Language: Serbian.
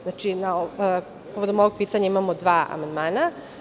Znači, povodom ovog pitanja imamo dva amandmana.